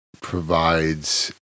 provides